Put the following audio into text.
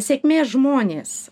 sėkmės žmonės